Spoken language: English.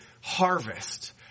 harvest